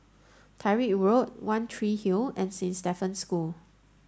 Tyrwhitt Road One Tree Hill and Saint Stephen's School